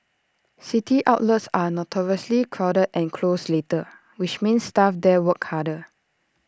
city outlets are notoriously crowded and close later which means staff there work harder